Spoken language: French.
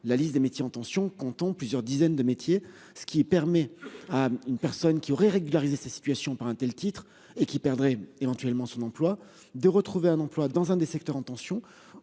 La liste des métiers en tension. Plusieurs dizaines de métiers ce qui permet à une personne qui aurait régularisé sa situation par un tel titre et qui perdraient éventuellement son emploi de retrouver un emploi dans un des secteurs en tension,